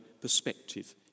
perspective